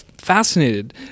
Fascinated